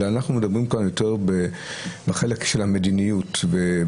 אלא אנחנו מדברים כאן יותר בחלק של המדיניות והתפיסה.